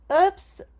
Oops